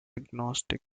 agnostic